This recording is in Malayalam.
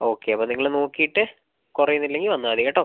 ഓക്കെ അപ്പോൾ നിങ്ങൾ നോക്കിയിട്ട് കുറയുന്നില്ലെങ്കിൽ വന്നാൽ മതി കേട്ടോ